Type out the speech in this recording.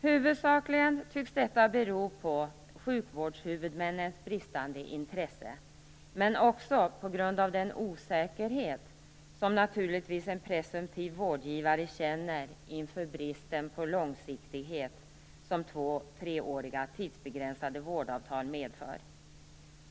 Huvudsakligen tycks detta bero på sjukvårdshuvudmännens bristande intresse, men också på den osäkerhet som en presumtiv vårdgivare naturligtvis känner inför den brist på långsiktighet som två och treåriga - tidsbegränsade - vårdavtal medför.